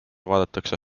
vaadatakse